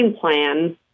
plan